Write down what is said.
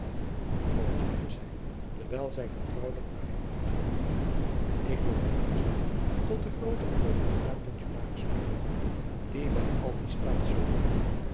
kom zeide zy terwijl zy vertrouwelijk naar hem toetrad ik wil nu eens niet tot den grooten en beroemden raadpensionaris spreken die by al